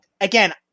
again